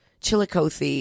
Chillicothe